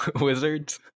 Wizards